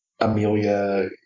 Amelia